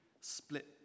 split